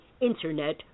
internet